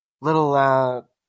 little